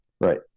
Right